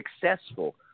successful